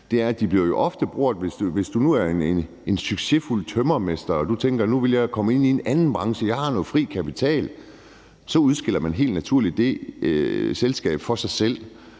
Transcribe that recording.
de jo ofte bliver brugt. Hvis man nu er en succesfuld tømrermester og tænker, at nu vil man komme ind i en anden branche, og man har noget fri kapital, så udskiller man helt naturligt det selskab for sig selv,